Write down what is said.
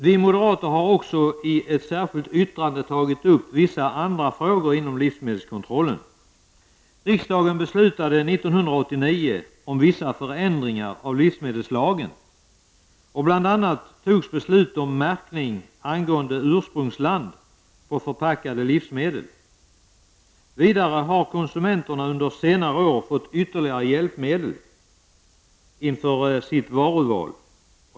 Vi moderater har också i ett särskilt yttrande tagit upp vissa andra frågor inom livsmedelskontrollen. Vidare har konsumenterna under senare år fått ytterligare hjälpmedel inför sitt varuval.